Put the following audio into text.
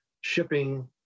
shipping